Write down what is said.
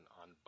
on